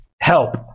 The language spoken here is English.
help